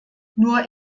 nur